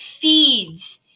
feeds